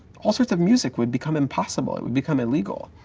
all sorts of music would become impossible. it would become illegal.